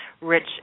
rich